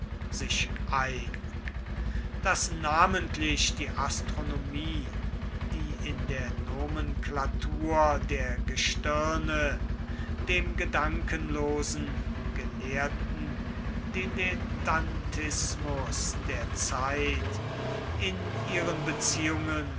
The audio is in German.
sich ein daß namentlich die astronomie die in der nomenklatur der gestirne dem gedankenlosen gelehrten dilettantismus der zeit in ihren beziehungen